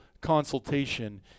consultation